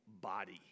body